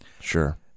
Sure